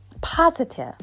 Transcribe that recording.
positive